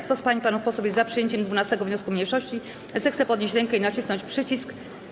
Kto z pań i panów posłów jest za przyjęciem 12. wniosku mniejszości, zechce podnieść rękę i nacisnąć przycisk.